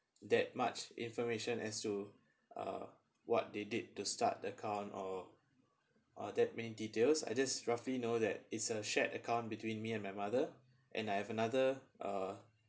that much information as to uh what they did to start account or uh that many details I just roughly know that it's a shared account between me and my mother and I have another uh